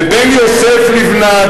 ובן יוסף לבנת,